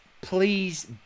please